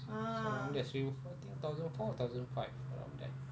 roundest seri~ I think thousand four or thousand five around there